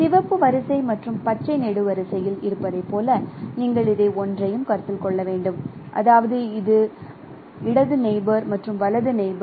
சிவப்பு வரிசை மற்றும் பச்சை நெடுவரிசையில் இருப்பதைப் போல நீங்கள் இதை ஒன்றையும் கருத்தில் கொள்ள வேண்டும் அதாவது இடது நெயிபோர் மற்றும் வலது நெயிபோர்